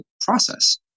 process